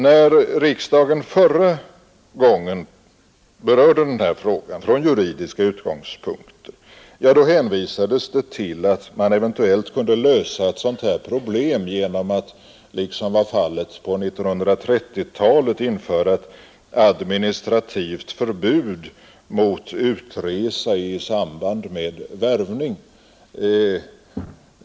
När riksdagen förra gången berörde denna fråga från juridiska utgångspunkter hänvisades det till att man eventuellt kunde lösa ett sådant här problem genom att, liksom var fallet på 1930-talet, införa ett administrativt förbud mot utresa i samband med värvning.